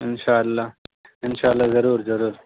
انشاء اللہ انشاء اللہ ضرور ضرور